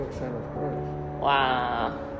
Wow